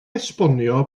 esbonio